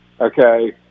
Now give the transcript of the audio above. okay